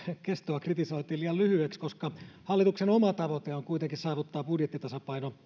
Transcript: kritisoitiin liian lyhyeksi koska hallituksen tai edellisen hallituksen oma tavoite on kuitenkin saavuttaa budjettitasapaino